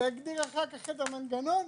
ולהגדיר אחר כך את המנגנון,